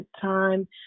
time